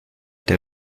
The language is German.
der